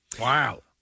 Wow